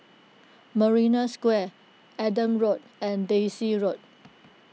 Marina Square Adam Road and Daisy Road